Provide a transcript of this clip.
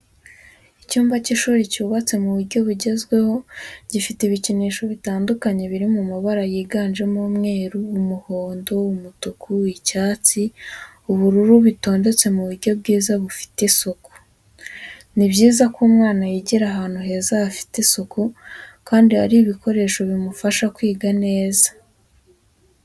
Icyumba cy'ishuri cyubatse mu buryo bugezweho gifite ibikinisho bitandukanye biri mu mabara yiganjemo umweru, umuhondo, umutuku, icyatsi, ubururu bitondetse mu buryo bwiza bufite isuku. Ni byiza ko umwana yigira ahantu heza hafite isuku kandi hari ibikoresho bimufasha kwiga neza.